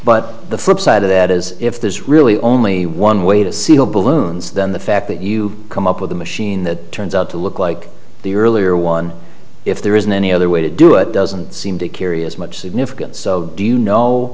but the flip side of that is if there's really only one way to see all balloons then the fact that you come up with a machine that turns out to look like the earlier one if there isn't any other way to do it doesn't seem to curious much significance do you know